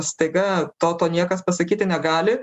staiga to to niekas pasakyti negali